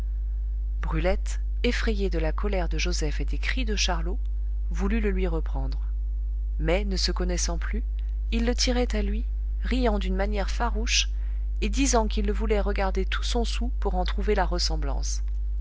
brulette effrayée de la colère de joseph et des cris de charlot voulut le lui reprendre mais ne se connaissant plus il le tirait à lui riant d'une manière farouche et disant qu'il le voulait regarder tout son soûl pour en trouver la ressemblance